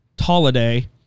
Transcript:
holiday